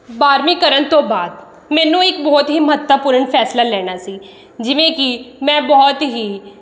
ਬਾਰ੍ਹਵੀਂ ਕਰਨ ਤੋਂ ਬਾਅਦ ਮੈਨੂੰ ਇੱਕ ਬਹੁਤ ਹੀ ਮਹੱਤਵਪੂਰਨ ਫੈਸਲਾ ਲੈਣਾ ਸੀ ਜਿਵੇਂ ਕਿ ਮੈਂ ਬਹੁਤ ਹੀ